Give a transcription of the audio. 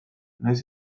nahiz